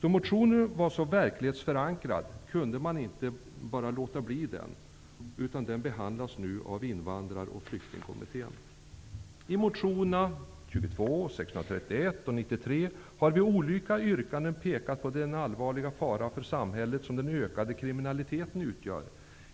Då motionen var så verklighetsförankrad, kunde man inte bara låta den vara, utan den behandlas nu av Invandrar och flyktingkommittén. I motionerna 22, 631 och 93 har vi i olika yrkanden pekat på den allvarliga fara för samhället som den ökande kriminaliteten utgör.